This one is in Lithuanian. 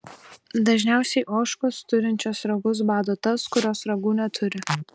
dažniausiai ožkos turinčios ragus bado tas kurios ragų neturi